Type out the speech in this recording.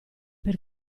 per